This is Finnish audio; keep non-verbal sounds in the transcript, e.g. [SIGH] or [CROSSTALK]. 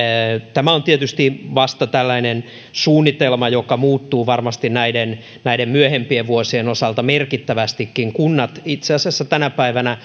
tämä on tietysti vasta tällainen suunnitelma joka muuttuu varmasti näiden näiden myöhempien vuosien osalta merkittävästikin kunnat itse asiassa tänä päivänä [UNINTELLIGIBLE]